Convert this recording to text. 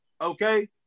Okay